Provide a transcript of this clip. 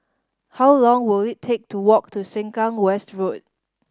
how long will it take to walk to Sengkang West Road